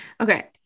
Okay